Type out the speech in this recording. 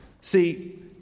See